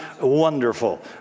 wonderful